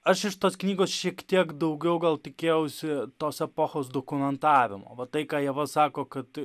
aš iš tos knygos šiek tiek daugiau gal tikėjausi tos epochos dokumentavimo va tai ką ieva sako kad